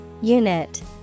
Unit